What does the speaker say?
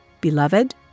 Beloved